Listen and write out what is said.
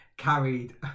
carried